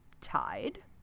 tied